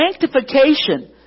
Sanctification